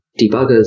debuggers